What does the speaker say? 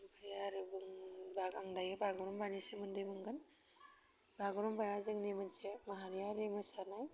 ओमफ्राय आरो बुंबा आनदायो बागुरुम्बानि सोमोन्दै बुंगोन बागुरुम्बाया जोंनि मोनसे माहारियारि मोसानाय